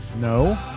No